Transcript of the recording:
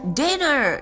dinner